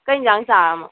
ꯀꯔꯤ ꯏꯟꯖꯥꯡ ꯆꯥꯔꯃꯣ